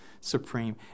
supreme